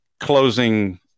Closing